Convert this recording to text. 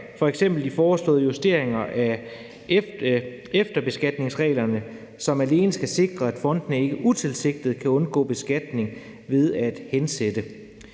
f.eks. de foreslåede justeringer af efterbeskatningsreglerne, som alene skal sikre, at fondene ikke utilsigtet kan undgå beskatning ved at hensætte.